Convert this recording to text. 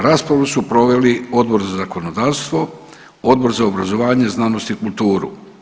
Raspravu su proveli Odbor za zakonodavstvo, Odbor za obrazovanje, znanost i kulturu.